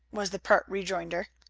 was the pert rejoinder.